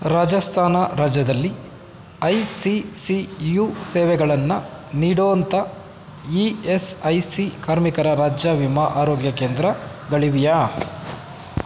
ರಾಜಸ್ಥಾನ ರಾಜ್ಯದಲ್ಲಿ I C C U ಸೇವೆಗಳನ್ನು ನೀಡೋವಂಥ ಇ ಎಸ್ ಐ ಸಿ ಕಾರ್ಮಿಕರ ರಾಜ್ಯ ವಿಮಾ ಆರೋಗ್ಯ ಕೇಂದ್ರಗಳಿವೆಯಾ